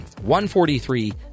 143